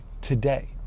today